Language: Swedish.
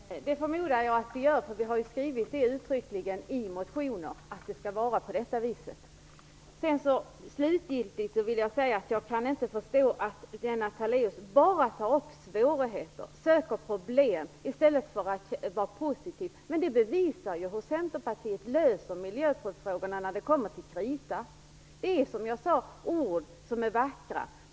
Herr talman! Jag förmodar att vi gör det. Vi har ju uttryckligen skrivit i våra motioner att det skall vara på det viset. Slutligen: Jag kan inte förstå att Lennart Daléus bara tar upp svårigheter och söker problem. I stället kunde han väl vara positiv. Det bevisar emellertid hur Centerpartiet löser miljöfrågorna när det kommer till kritan. Orden är, som sagt, vackra.